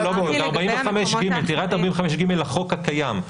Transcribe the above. תראה את 45ג לחוק הקיים,